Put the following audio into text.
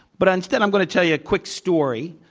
but instead, i'm going to tell you a quick story.